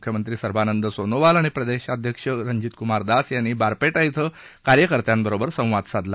मुख्यमंत्री सर्बानंद सोनोवाल आणि प्रदेश अध्यक्ष रंजीत कुमार दास यांनी बारपेटा ॐ कार्यकर्त्यांबरोबर संवाद साधला